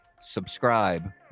Subscribe